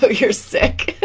but you're sick